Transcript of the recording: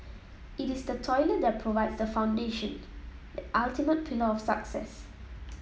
it is the toilet that provides the foundation that ultimate pillar of success